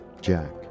jack